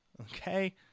Okay